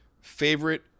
favorite